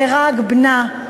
נהרג בנה.